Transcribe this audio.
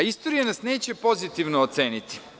Istorija nas neće pozitivno oceniti.